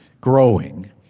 growing